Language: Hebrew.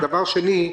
שנית,